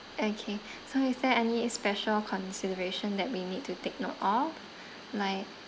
okay so is there any special consideration that we need to take note of like